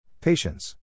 Patience